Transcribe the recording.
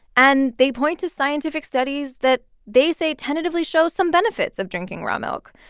and they point to scientific studies that they say tentatively shows some benefits of drinking raw milk,